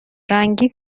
رنگی